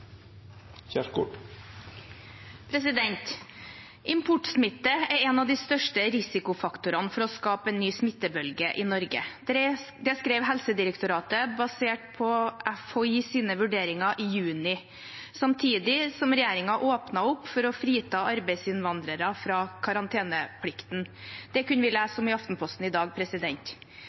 er en av de største risikofaktorene for å skape en ny smittebølge i Norge. Det skrev Helsedirektoratet basert på Folkehelseinstituttets vurderinger i juni, samtidig som regjeringen åpnet opp for å frita arbeidsinnvandrere fra karanteneplikten. Det kunne vi lese om i Aftenposten i dag.